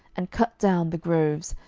and cut down the groves,